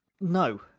no